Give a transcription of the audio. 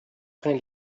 train